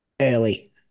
early